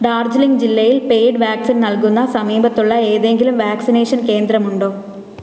ഡാർജിലിംഗ് ജില്ലയിൽ paid vaccine നൽകുന്ന സമീപത്തുള്ള ഏതെങ്കിലും വാക്സിനേഷൻ കേന്ദ്രമുണ്ടോ